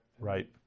right